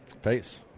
face